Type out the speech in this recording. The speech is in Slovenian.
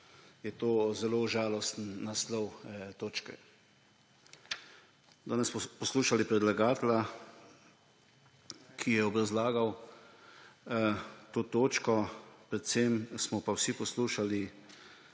je to zelo žalosten naslov točke. Danes smo poslušali predlagatelja, ki je obrazlagal to točko, predvsem smo pa vsi poslušali